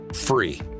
free